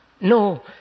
no